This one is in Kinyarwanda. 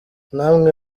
namwe